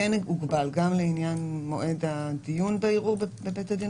כן הוגבל גם לעניין מועד הדיון בערעור בבית הדין